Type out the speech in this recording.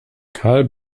carl